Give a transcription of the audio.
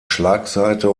schlagseite